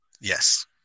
yes